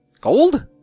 Gold